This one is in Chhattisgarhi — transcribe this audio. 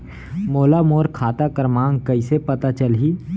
मोला मोर खाता क्रमाँक कइसे पता चलही?